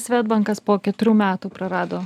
svedbankas po keturių metų prarado